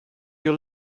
your